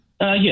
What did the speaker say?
Yes